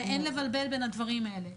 ואין לבלבל בין הדברים האלה.